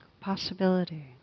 possibility